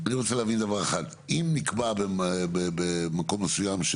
אני רוצה להבין דבר אחד: אם נקבע במקום מסוים,